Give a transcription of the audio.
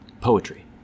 poetry